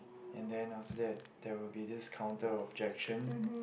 and than after that they will be list counted objection